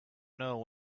know